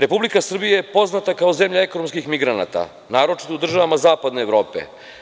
Republika Srbija je poznata kao zemlja ekonomskih migranata, naročito u državama zapadne Evrope.